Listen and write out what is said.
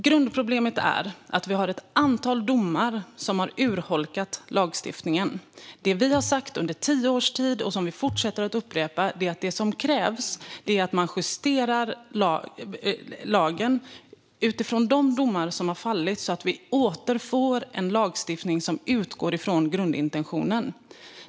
Grundproblemet är att vi har ett antal domar som har urholkat lagstiftningen. Det vi har sagt under tio års tid och som vi fortsätter att upprepa är att det som krävs är att man justerar lagen utifrån de domar som har fallit, så att vi återfår en lagstiftning som utgår från grundintentionen.